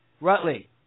Rutley